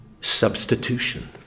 Substitution